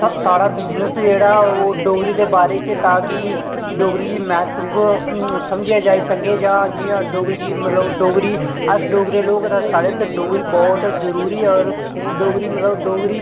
sir साढ़ा business जेह्ड़ा ओ डोगरी दे बारे च ता कि डोगरी मह्त्तब गी समझेआ जाई सकै जां जि'यां डोगरी गी मतलब डोगरी अस डोगरे लोक ता साढ़े आस्तै डोगरी बहुत जरूरी और डोगरी मतलब डोगरी